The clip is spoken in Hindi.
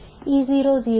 E0 0 है